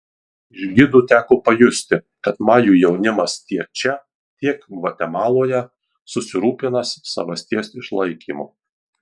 iš gidų teko pajusti kad majų jaunimas tiek čia tiek gvatemaloje susirūpinęs savasties išlaikymu